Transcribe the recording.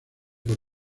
por